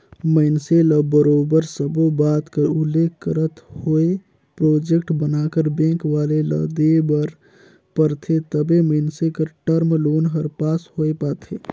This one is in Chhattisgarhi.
मइनसे ल बरोबर सब्बो बात कर उल्लेख करत होय प्रोजेक्ट बनाकर बेंक वाले ल देय बर परथे तबे मइनसे कर टर्म लोन हर पास होए पाथे